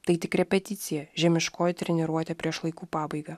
tai tik repeticija žemiškoji treniruotė prieš laikų pabaigą